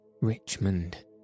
Richmond